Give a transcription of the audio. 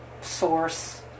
source